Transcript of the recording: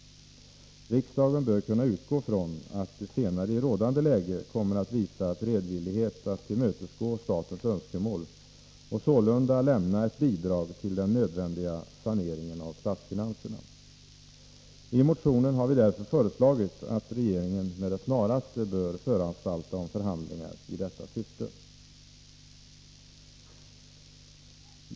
Riksdagen bör kunna utgå från att de senare i rådande läge kommer att visa beredvillighet att tillmötesgå statens önskemål åtgärder inom industridepartementets område och sålunda lämna ett bidrag till den nödvändiga saneringen av statsfinanserna. I motionen har vi därför föreslagit att regeringen med det snaraste bör föranstalta om förhandlingar i detta syfte.